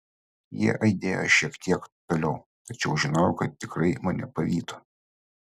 jie aidėjo šiek tiek toliau tačiau žinojau kad tikrai mane pavytų